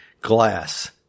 Glass